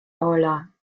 aula